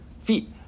Feet